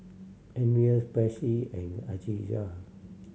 Andres Patsy and Alijah